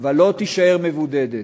ולא, תישאר מבודדת.